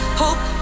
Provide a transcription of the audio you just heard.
hope